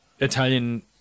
Italian